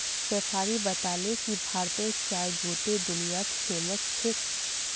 शेफाली बताले कि भारतेर चाय गोट्टे दुनियात फेमस छेक